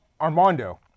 Armando